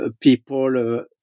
people